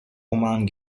roman